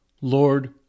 Lord